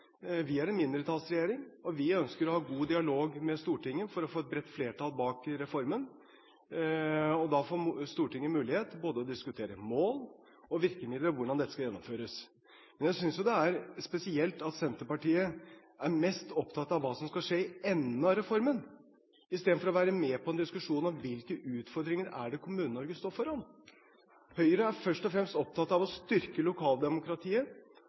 Vi er en mindretallsregjering, og vi ønsker å ha god dialog med Stortinget for å få et bredt flertall bak reformen, og da får Stortinget mulighet til å diskutere både mål og virkemidler og hvordan dette skal gjennomføres. Men jeg synes det er spesielt at Senterpartiet er mest opptatt av hva som skal skje i enden av reformen, istedenfor å være med på en diskusjon om hvilke utfordringer Kommune-Norge står foran. Høyre er først og fremst opptatt av å styrke lokaldemokratiet,